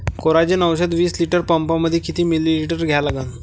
Coragen औषध विस litre पंपामंदी किती मिलीमिटर घ्या लागन?